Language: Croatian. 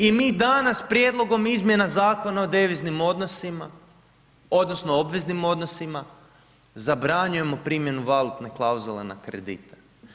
I mi danas prijedlogom Izmjena zakona o deviznim odnosima, odnosno obveznim odnosima zabranjujem primjenu valutne klauzule na kredite.